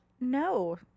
No